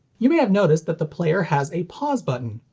you may have noticed that the player has a pause button.